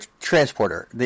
transporter